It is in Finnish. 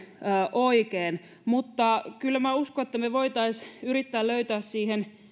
oikein mutta kyllä minä uskon että me voisimme yrittää löytää siihen